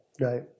Right